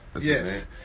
Yes